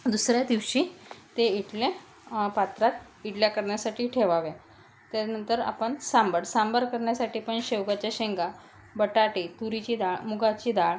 दुसऱ्या दिवशी ते इडल्या पात्रात इडल्या करण्यासाठी ठेवाव्या त्यानंतर आपण सांबार सांबार करण्यासाठी पण शेवग्याच्या शेंगा बटाटे तुरीची डाळ मुगाची डाळ